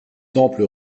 temple